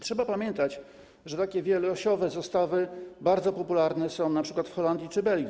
Trzeba pamiętać, że takie wieloosiowe zestawy bardzo popularne są np. w Holandii czy Belgii.